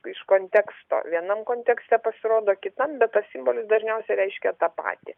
iš konteksto vienam kontekste pasirodo kitam be tas simbolis dažniausiai reiškia tą patį